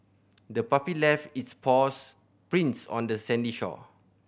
the puppy left its paws prints on the sandy shore